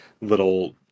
little